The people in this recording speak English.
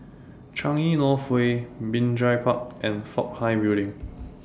Changi North Way Binjai Park and Fook Hai Building